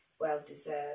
well-deserved